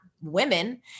women